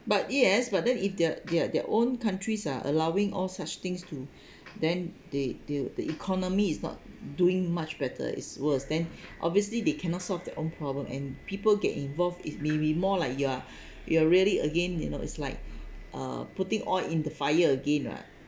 but yes but then if the their their own countries are allowing all such things to then they deal the economy is not doing much better is worse then obviously they cannot solve their own problems and people get involved is maybe more like you're you're really again you know it's like uh putting oil in the fire again lah